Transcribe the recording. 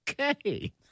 Okay